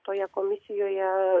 toje komisijoje